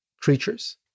creatures